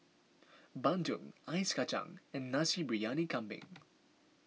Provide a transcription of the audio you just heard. Bandung Ice Kacang and Nasi Briyani Kambing